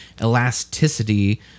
elasticity